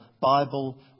Bible